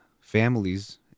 families